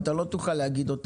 אבל אתה לא תוכל להגיד אותם פה.